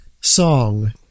song